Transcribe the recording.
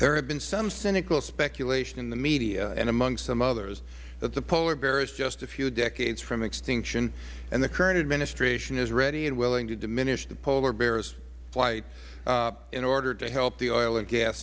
there has been some cynical speculation in the media and among some others that the polar bear is just a few decades from extinction and the current administration is ready and willing to diminish the polar bear's plight in order to help the oil and gas